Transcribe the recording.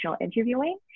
interviewing